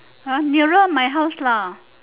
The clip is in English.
ah nearer my house lah